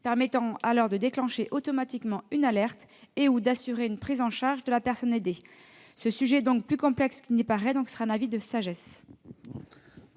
permettant alors de déclencher automatiquement une alerte et d'assurer une prise en charge de la personne aidée. Ce sujet est plus complexe qu'il n'y paraît. Le Gouvernement s'en